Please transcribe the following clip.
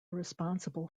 responsible